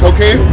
Okay